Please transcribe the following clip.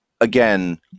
again